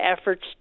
efforts